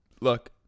look